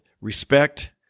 respect